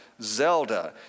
Zelda